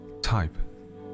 ...type